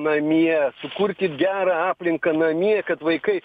namie sukurkit gerą aplinką namie kad vaikai